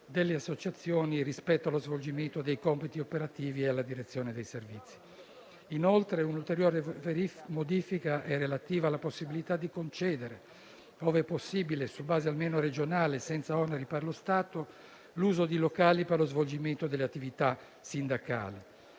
delle associazioni rispetto allo svolgimento dei compiti operativi e alla direzione dei servizi. Un'ulteriore modifica è relativa alla possibilità di concedere, ove possibile, su base almeno regionale e senza oneri per lo Stato, l'uso di locali per lo svolgimento delle attività sindacali.